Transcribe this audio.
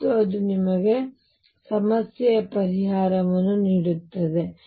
ಮತ್ತು ಅದು ನಿಮಗೆ ಸಮಸ್ಯೆಯ ಪರಿಹಾರವನ್ನು ನೀಡುತ್ತದೆ